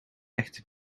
echte